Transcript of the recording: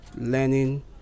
learning